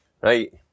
Right